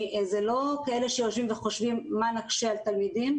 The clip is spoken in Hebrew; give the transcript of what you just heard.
זה לא שיושבים וחושבים 'מה נקשה על תלמידים',